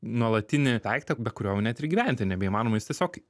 nuolatinį daiktą be kurio net ir gyventi nebeįmanoma jis tiesiog